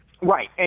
Right